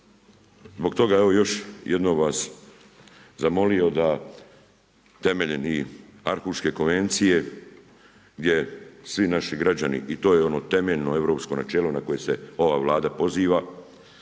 Zbog toga evo još jednom bih vas zamolio da temeljem i Arhuške konvencije gdje svi naši građani i to je ono temeljno europsko načelo na koje se ova Vlada poziva,